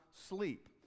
sleep